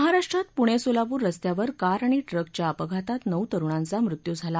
महाराष्ट्रात पुणे सोलापूर रस्त्यावर कार आणि ट्रकच्या अपघातात नऊ तरुणांचा मृत्यू झाला